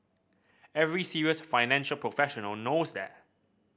every serious financial professional knows that